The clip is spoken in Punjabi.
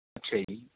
ਅੱਛਾ ਜੀ